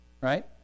Right